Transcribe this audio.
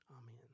Amen